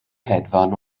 hedfan